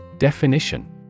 Definition